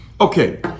Okay